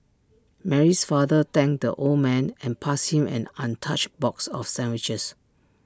Mary's father thanked the old man and passed him an untouched box of sandwiches